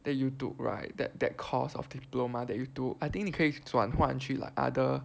that you took right that that course of diploma that you took I think 你可以转换去 like other